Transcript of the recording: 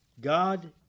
God